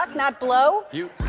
um not blow? you